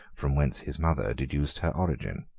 from whence his mother deduced her origin.